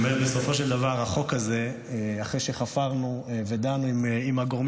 הוא הצביע קודם בעד חוק תיקון לפדויי